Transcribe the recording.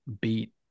beat